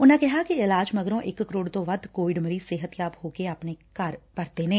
ਉਨਾਂ ਕਿਹਾ ਕਿ ਇਲਾਜ ਮਗਰੋਂ ਇਕ ਕਰੋੜ ਤੋਂ ਵੱਧ ਕੋਵਿਡ ਮਰੀਜ਼ ਸਿਹਤਯਾਬ ਹੋ ਕੇ ਆਪਣੇ ਘਰ ਪਰਤੇ ਨੇ